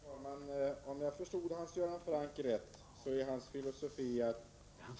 Herr talman! Om jag förstod Hans Göran Franck rätt är hans filosofi följande.